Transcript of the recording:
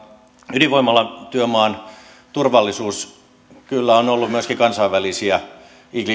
ydinvoimalatyömaan turvallisuus kyllä on ollut myöskin kansainvälisiä